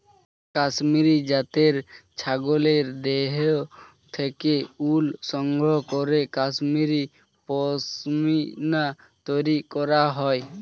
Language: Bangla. কাশ্মীরি জাতের ছাগলের দেহ থেকে উল সংগ্রহ করে কাশ্মীরি পশ্মিনা তৈরি করা হয়